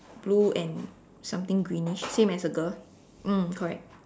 blue and something greenish same as the girl mm correct